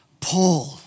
Paul